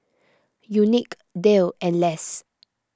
Unique Dale and Less